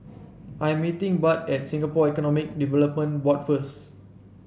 I'm meeting Bud at Singapore Economic Development Board first